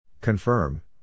Confirm